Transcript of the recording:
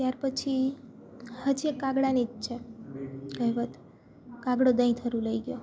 ત્યારપછી હજી એક કાગડાની જ છે કહેવત કાગડો દઈ થરું લઈ ગયો